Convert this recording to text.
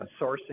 sourcing